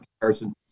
comparison